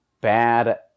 bad